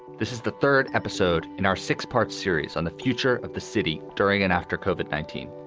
this is the third episode in our six part series on the future of the city during and after koven nineteen